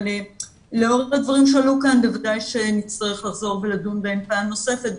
אבל לאור הדברים שעלו כאן בוודאי שנצטרך לחזור ולדון בהם פעם נוספת.